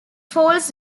falls